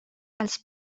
als